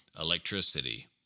Electricity